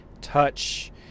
touch